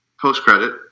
Post-credit